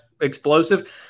explosive